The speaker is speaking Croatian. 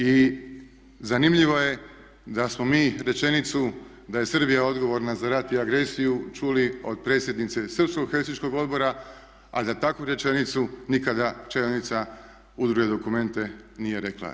I zanimljivo je da smo mi rečenicu da je Srbija odgovorna za rat i agresiju čuli od predsjednice srpskog helsinškog odbora a za takvu rečenicu nikada čelnica udruge Documenta nije rekla.